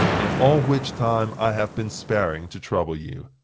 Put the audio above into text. in all which time i have been sparing to trouble you.